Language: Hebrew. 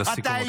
לסיכום, בבקשה.